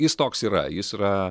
jis toks yra jis yra